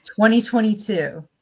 2022